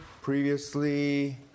previously